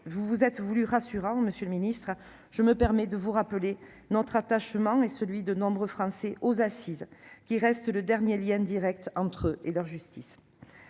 vous vous êtes voulu rassurant, monsieur le garde des sceaux, je me permets de vous rappeler notre attachement et celui de nombreux Français aux assises, qui restent le dernier lien direct entre eux et leur justice.